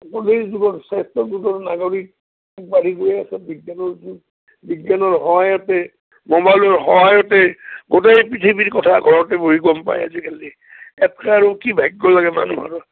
যুগত স্বাস্থ্যৰ নাগৰিক যুগ বাঢ়ি গৈ আছে বিজ্ঞানৰ যুগ বিজ্ঞানৰ সহায়তে মোবাইলৰ সহায়তে গোটেই পৃথিৱীৰ কথা ঘৰতে বহি গ'ম পায় আজিকালি ইয়াতকৈ আৰু কি ভাগ্য লাগে মানুহৰ